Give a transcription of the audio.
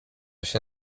się